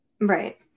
Right